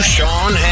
Sean